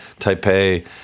Taipei